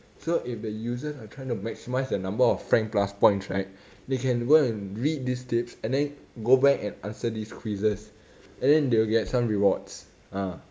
so if the users are trying to maximise the number of frank plus points right they can go and read these tips and then go back and answer these quizzes and then they will get some rewards ah